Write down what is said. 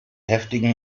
heftigen